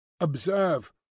observe